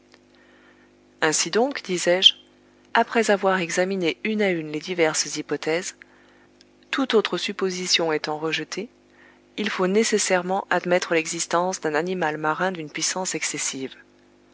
ainsi donc disais-je après avoir examiné une à une les diverses hypothèses toute autre supposition étant rejetée il faut nécessairement admettre l'existence d'un animal marin d'une puissance excessive